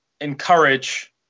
encourage